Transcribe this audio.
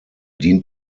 dient